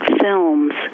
films